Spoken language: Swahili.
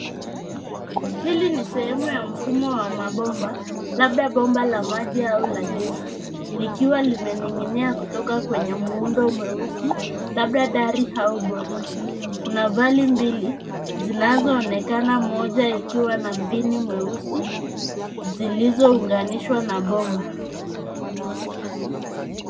Hili ni sehemu ya mfumo wa mabomba, labda bomba la majia au la gesi, likiwa limeninginia kutoka kwenye muundo mweusi, labda dari au boriti. Kuna vali mbili, zinazoonekana, moja ikiwa na mbinu mweusi, zilizounganishwa na bomba.